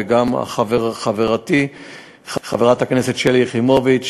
וגם חברתי חברת הכנסת שלי יחימוביץ,